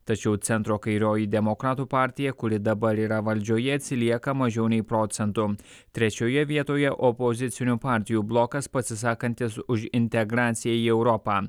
tačiau centro kairioji demokratų partija kuri dabar yra valdžioje atsilieka mažiau nei procentu trečioje vietoje opozicinių partijų blokas pasisakantys už integraciją į europą